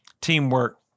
teamwork